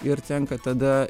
ir tenka tada